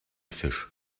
fisch